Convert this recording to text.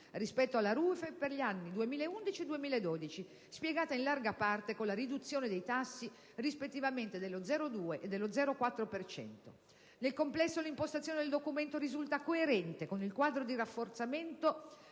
rispetto alla RUEF per gli anni 2011 e 2012, spiegata in larga parte con la riduzione dei tassi, rispettivamente dello 0,2 e dello 0,4 per cento. Nel complesso, l'impostazione del documento risulta coerente con il quadro di rafforzamento